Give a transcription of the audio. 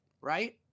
right